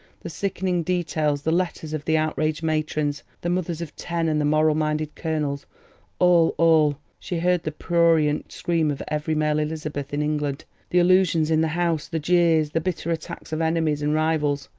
the sickening details, the letters of the outraged matrons, the mothers of ten, and the moral-minded colonels all, all! she heard the prurient scream of every male elizabeth in england the allusions in the house the jeers, the bitter attacks of enemies and rivals.